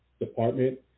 department